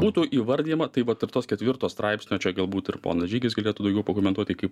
būtų įvardijama tai vat ir tos ketvirto straipsnio čia galbūt ir ponas žygis galėtų daugiau pakomentuoti kaip